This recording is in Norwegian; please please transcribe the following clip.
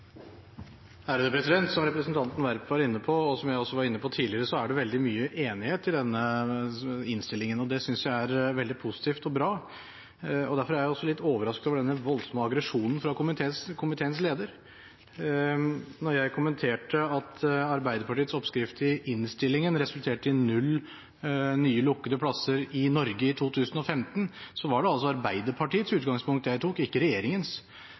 Som representanten Werp var inne på, og som jeg også var inne på tidligere, er det veldig mye enighet i denne innstillingen, og det synes jeg er veldig positivt og bra. Derfor er jeg også litt overrasket over denne voldsomme aggresjonen fra komiteens leder. Da jeg kommenterte at Arbeiderpartiets oppskrift i innstillingen resulterte i null nye lukkede plasser i Norge i 2015, var det altså Arbeiderpartiets utgangspunkt jeg tok – ikke regjeringens.